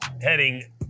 heading